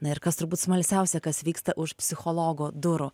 na ir kas turbūt smalsiausia kas vyksta už psichologo durų